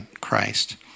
Christ